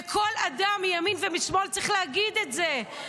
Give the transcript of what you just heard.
וכל אדם מימין ומשמאל צריך להגיד את זה.